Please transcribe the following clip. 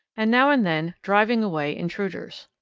and now and then driving away intruders.